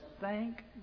thank